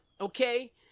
okay